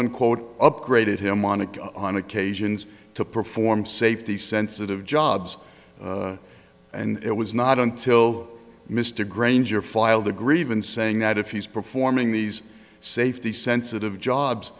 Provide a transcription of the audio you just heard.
unquote upgraded him monaco on occasions to perform safety sensitive jobs and it was not until mr granger filed a grievance saying that if he's performing these safety sensitive jobs